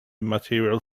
material